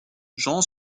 j’en